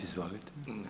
Izvolite.